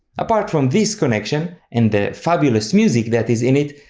apart from this connection and the fabulous music that is in it,